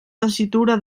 tessitura